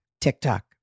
TikTok